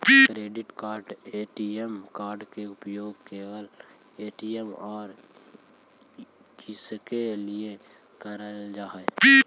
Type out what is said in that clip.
Credit card ATM card के उपयोग केवल ए.टी.एम और किसके के लिए करल जा है?